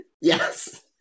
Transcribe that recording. Yes